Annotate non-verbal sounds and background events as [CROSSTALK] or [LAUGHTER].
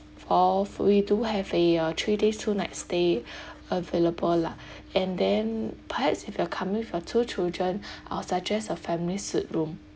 fourth we do have a uh three days two night stay [BREATH] available lah and then perhaps if you are coming with your two children [BREATH] I'll suggest a family suite room